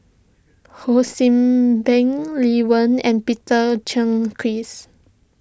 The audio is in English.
Ho See Beng Lee Wen and Peter Gilchrist